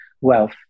wealth